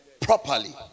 properly